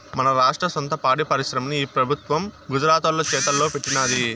మన రాష్ట్ర సొంత పాడి పరిశ్రమని ఈ పెబుత్వం గుజరాతోల్ల చేతల్లో పెట్టినాది